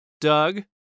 Doug